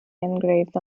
engraved